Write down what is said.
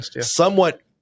somewhat